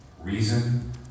reason